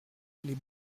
les